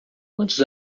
quantos